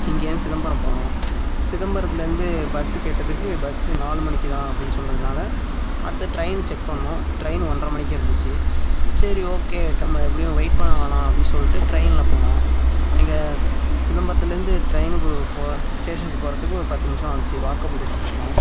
இங்கேயிருந்து சிதம்பரம் போனோம் சிதம்பரத்துலேருந்து பஸ்ஸு கேட்டதுக்கு பஸ்ஸு நாலு மணிக்கு தான் அப்படின்னு சொன்னதுனால் அடுத்தது ட்ரெயினு செக் பண்ணோம் ட்ரெயினு ஒன்றரை மணிக்கு இருந்துச்சு சரி ஓகே நம்ம எப்படியும் வெயிட் பண்ண வேணாம் அப்படின்னு சொல்லிட்டு ட்ரெயினில் போனோம் அங்கே சிதம்பரத்துலேருந்து ட்ரெயினுக்கு போ ஸ்டேஷனுக்குப் போகிறதுக்கு ஒரு பத்து நிமிடம் ஆனுச்சி வாக்கபுள் டிஸ்டன்ஸ் தான்